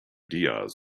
diaz